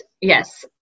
Yes